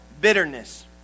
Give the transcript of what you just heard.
bitterness